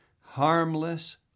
harmless